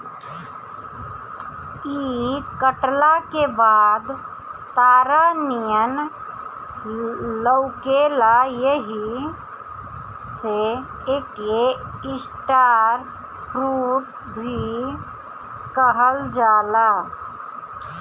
इ कटला के बाद तारा नियन लउकेला एही से एके स्टार फ्रूट भी कहल जाला